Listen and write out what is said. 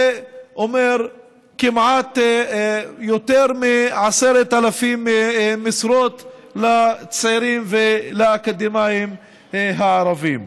זה אומר יותר מ-10,000 משרות לצעירים ולאקדמאים הערבים.